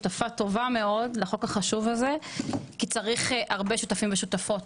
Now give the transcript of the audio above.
את שותפה טובה מאוד לחוק החשוב הזה כי צריך הרבה שותפים ושותפות